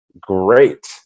great